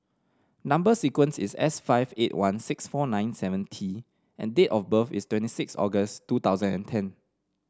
number sequence is S five eight one six four nine seven T and date of birth is twenty six August two thousand and ten